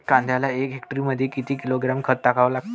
कांद्याले एका हेक्टरमंदी किती किलोग्रॅम खत टाकावं लागन?